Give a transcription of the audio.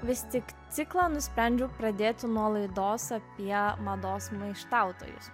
vis tik ciklą nusprendžiau pradėti nuo laidos apie mados maištautojus